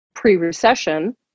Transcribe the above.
pre-recession